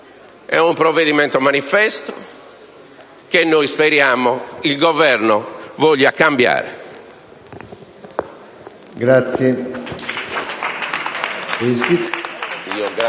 È un provvedimento manifesto che noi speriamo il Governo voglia cambiare.